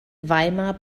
weimar